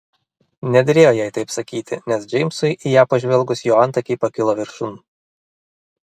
nederėjo jai taip sakyti nes džeimsui į ją pažvelgus jo antakiai pakilo viršun